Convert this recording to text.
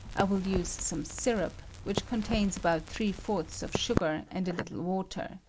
i will use some sirup, which contains about three fourths of sugar and a little water.